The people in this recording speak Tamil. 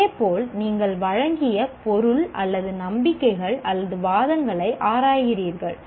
இதேபோல் நீங்கள் வழங்கிய பொருள் அல்லது நம்பிக்கைகள் அல்லது வாதங்களை ஆராய்கிறீர்கள்